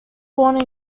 born